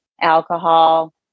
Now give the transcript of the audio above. alcohol